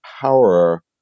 power